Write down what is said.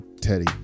Teddy